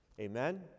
Amen